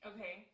Okay